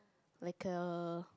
like a